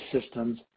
systems